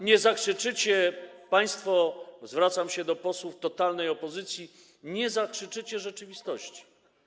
Nie zakrzyczycie państwo - zwracam się do posłów totalnej opozycji - nie zakrzyczycie rzeczywistości.